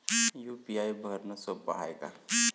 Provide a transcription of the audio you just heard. UPI भरनं सोप हाय का?